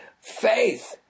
faith